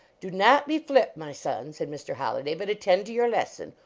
do not be flip, my son, said mr. holli day, but attend to your lesson.